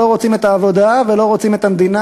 לא רוצים את העבודה ולא רוצים את המדינה,